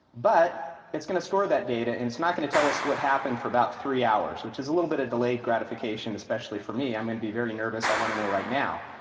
but it's gonna store that data and it's not gonna tell us what happened for about three hours, which is a little bit of delayed gratification, especially for me. i'm gonna be very nervous, i wanna know right now.